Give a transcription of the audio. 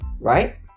right